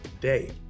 day